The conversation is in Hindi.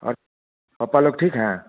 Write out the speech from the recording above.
और पापा लोग ठीक है